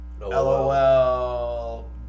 LOL